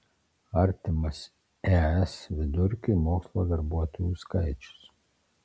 artimas es vidurkiui mokslo darbuotojų skaičius